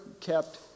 kept